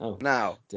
Now